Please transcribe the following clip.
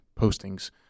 postings